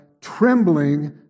trembling